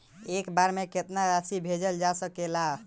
एक बार में केतना राशि भेजल जा सकेला?